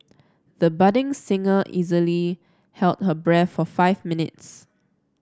the budding singer easily held her breath for five minutes